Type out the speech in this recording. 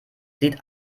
sieht